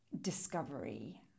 discovery